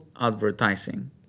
advertising